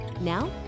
Now